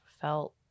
felt